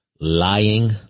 lying